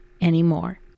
anymore